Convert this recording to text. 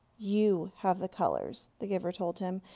you have the colors, the giver told him.